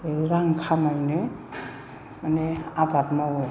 रां खामायनो माने आबाद मावो